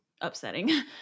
upsetting